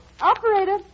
Operator